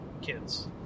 kids